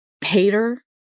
hater